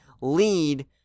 lead